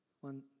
One